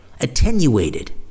Attenuated